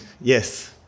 Yes